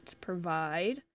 provide